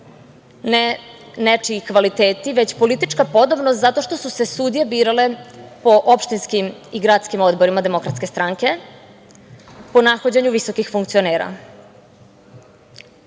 ne nečiji kvaliteti, već politička podobnost, zato što su se sudije birale po opštinskim i gradskim odborima Demokratske stranke, po nahođenju visokih funkcionera. Nažalost,